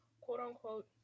quote-unquote